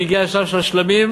הגיע השלב של השלמים,